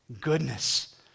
goodness